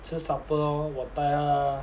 吃 supper lor 我带他